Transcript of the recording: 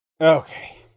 Okay